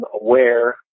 aware